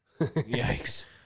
Yikes